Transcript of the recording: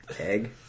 egg